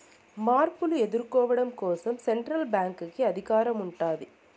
మార్పులు ఎదుర్కోవడం కోసం సెంట్రల్ బ్యాంక్ కి అధికారం ఉంటాది